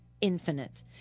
infinite